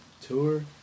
Tour